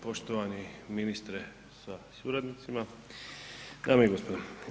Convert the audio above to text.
Poštovani ministre sa suradnicima, dame i gospodo.